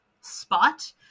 spot